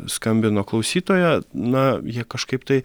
skambino klausytoja na jie kažkaip tai